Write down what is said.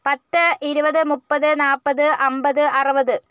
പത്ത് ഇരുപത് മുപ്പത് നാൽപ്പത് അൻപത് അറുപത്